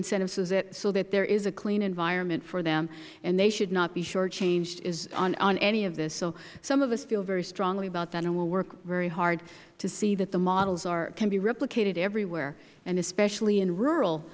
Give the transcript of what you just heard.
incentives so that there is a clean environment for them and they should not be short changed on any of this so some of us feel very strongly about that and will work very hard to see that the models can be replicated everywhere especially in rural